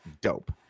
dope